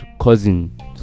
Cousin